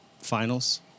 finals